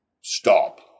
stop